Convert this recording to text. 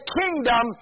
kingdom